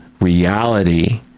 reality